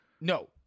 No